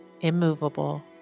immovable